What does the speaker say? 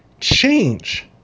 change